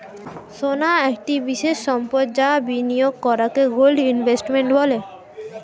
সোনা একটি বিশেষ সম্পদ যা বিনিয়োগ করাকে গোল্ড ইনভেস্টমেন্ট বলে